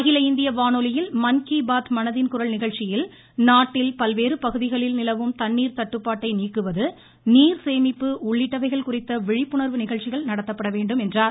அகில இந்திய வானொலியில் மன்கிபாத் மனதின் குரல் நிகழ்ச்சியில் நாட்டில் பல்வேறு பகுதிகளில் நிலவும் தண்ணீர் தட்டுப்பாட்டை நீக்குவது நீர் சேமிப்பு உள்ளிட்டவைகள் குறித்த விழிப்புணர்வு நிகழ்ச்சிகள் நடத்தப்பட வேண்டும் என்றார்